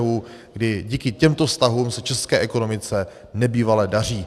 I díky těmto vztahům se české ekonomice nebývale daří.